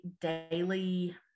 daily